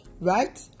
Right